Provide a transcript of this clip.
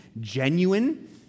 genuine